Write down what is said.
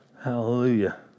Hallelujah